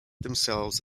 themselves